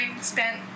spent